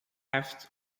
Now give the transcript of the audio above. aft